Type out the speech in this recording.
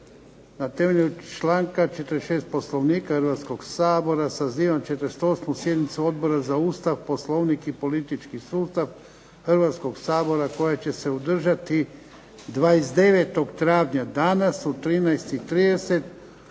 na temelju članka 46. Poslovnika Hrvatskog sabora sazivam 48. sjednicu Odbora za Ustav, Poslovnik i politički sustav Hrvatskog sabora koja će se održati 29. travnja, danas u 13,30